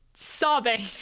Sobbing